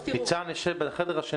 אני גם מבקש לדבר.